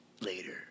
later